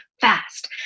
fast